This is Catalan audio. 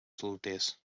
solters